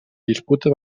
disputa